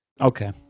Okay